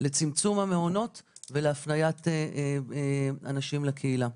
לצמצום המעונות ולהפניית אנשים לקהילה.